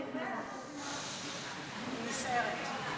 נסערת מאוד.